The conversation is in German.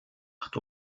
acht